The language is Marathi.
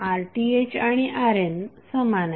RThआणि RN समान आहेत